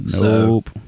Nope